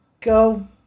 go